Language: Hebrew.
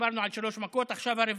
דיברנו עד שלוש מכות, עכשיו הרביעית,